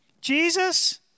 Jesus